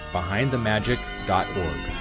BehindTheMagic.org